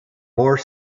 more